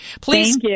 please